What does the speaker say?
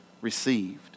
received